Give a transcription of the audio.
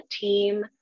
team